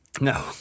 No